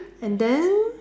and then